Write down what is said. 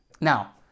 now